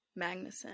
Magnussen